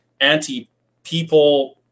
anti-people